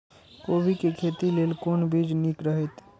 कोबी के खेती लेल कोन बीज निक रहैत?